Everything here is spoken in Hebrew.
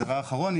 דבר אחרון,